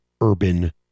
urban